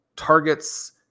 Targets